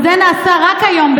וזה נעשה רק היום,